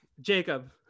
Jacob